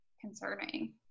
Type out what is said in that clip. concerning